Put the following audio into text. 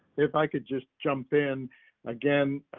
ff i could just jump in again.